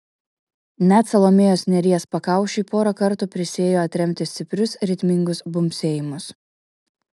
net salomėjos nėries pakaušiui porą kartų prisiėjo atremti stiprius ritmingus bumbsėjimus